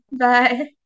Bye